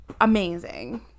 amazing